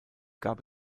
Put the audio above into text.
gab